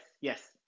yes